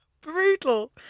brutal